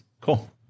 cool